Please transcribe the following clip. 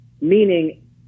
Meaning